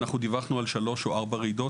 דיווחנו על שלוש או ארבע רעידות,